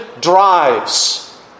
drives